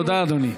תודה, אדוני.